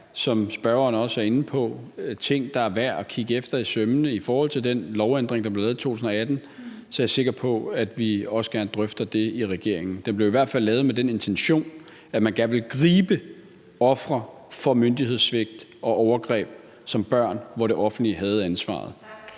som spørgeren også er inde på, ting, der er værd at kigge efter i sømmene i forhold til den lovændring, der blev lavet i 2018, er jeg sikker på, at vi også gerne drøfter det i regeringen. Den blev i hvert fald lavet med den intention, at man gerne vil gribe folk, der som børn blev ofre for myndighedssvigt og overgreb, hvor det offentlige havde ansvaret.